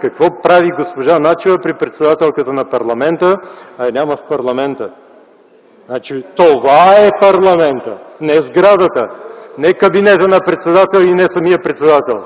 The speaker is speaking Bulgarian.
Какво прави госпожа Начева при председателката на парламента, а я няма в парламента? Това е парламентът – не сградата, не кабинетът на председателя и не самият председател.